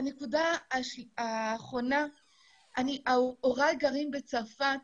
הוריי גרים בצרפת.